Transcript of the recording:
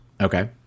Okay